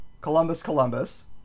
Columbus-Columbus